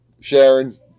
Sharon